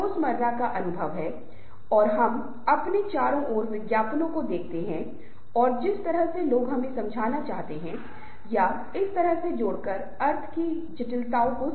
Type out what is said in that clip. अब एक समूह की विशेषताओं पर आते हैं अब कुछ निश्चित विशेषताएं हैं जिनके बारे में हम चर्चा करना चाहेंगे कि आकार या उद्देश्य की परवाह किए बिना हर समूह में समान विशेषताएं हैं